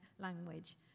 language